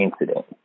incident